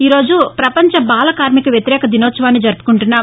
ఈ రోజు ప్రపంచ బాలకార్మిక వ్యతిరేక దినోత్సవాన్ని జరుపుకుంటున్నాం